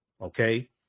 Okay